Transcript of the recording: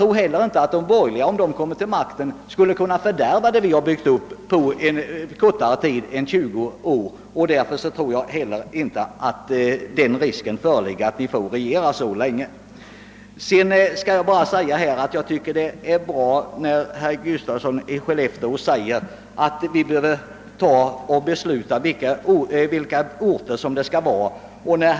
Om de borgerliga kommer till makten tror jag inte heller att ni på kortare tid än 20 år skulle kunna fördärva vad vi har byggt upp. Men det finns nog ingen risk för att ni får regera så länge. Sedan instämmer jag i vad herr Gustafsson i Skellefteå sade om att det bör beslutas vilka orter som skall få ett stöd.